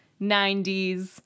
90s